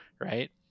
right